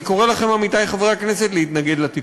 אני קורא לכם, עמיתי חברי הכנסת, להתנגד לתיקון.